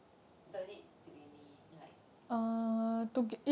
don't need to be me like